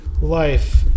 life